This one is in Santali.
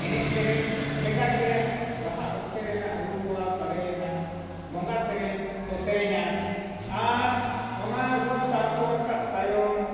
ᱮᱱᱮᱡ ᱥᱮᱨᱮᱧ ᱵᱷᱮᱜᱟᱨ ᱜᱮᱭᱟ ᱵᱟᱦᱟ ᱚᱠᱛᱚ ᱨᱮᱱᱟᱜ ᱨᱩ ᱛᱚᱲᱟᱣ ᱥᱟᱰᱮᱭᱮᱱᱟ ᱵᱚᱸᱜᱟ ᱥᱮᱨᱮᱧ ᱠᱚ ᱥᱮᱨᱮᱧᱟ ᱟᱨ ᱚᱱᱟ ᱨᱩ ᱛᱟᱨᱠᱚ ᱨᱟᱠᱟᱵ ᱛᱟᱭᱚᱢ